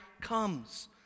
comes